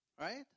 Right